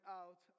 out